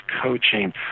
coaching